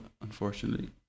unfortunately